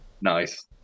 Nice